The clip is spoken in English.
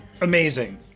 Amazing